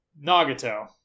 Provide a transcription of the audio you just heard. Nagato